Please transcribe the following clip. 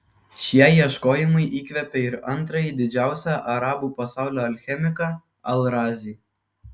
šie ieškojimai įkvėpė ir antrąjį didžiausią arabų pasaulio alchemiką al razį